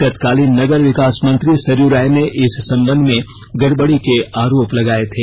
तत्कालीन नगर विकास मंत्री सरयू राय ने इस संबंध में गड़बड़ी के आरोप लगाए थे